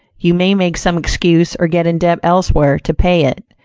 you may make some excuse or get in debt elsewhere to pay it,